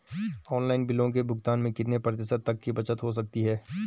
Online बिलों के भुगतान में कितने प्रतिशत तक की बचत हो सकती है?